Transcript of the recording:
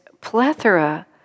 plethora